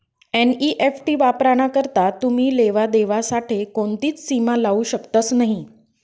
NEFT वापराना करता तुमी लेवा देवा साठे कोणतीच सीमा लावू शकतस नही